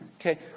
okay